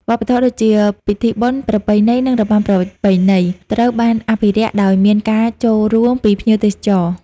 វប្បធម៌ដូចជា ពិធីបុណ្យ ប្រពៃណី និងរបាំប្រពៃណី ត្រូវបានអភិរក្សដោយមានការចូលរួមពីភ្ញៀវទេសចរ។